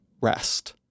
rest